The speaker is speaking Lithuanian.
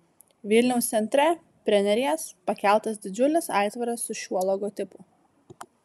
vilniaus centre prie neries pakeltas didžiulis aitvaras su šiuo logotipu